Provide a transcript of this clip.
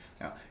Now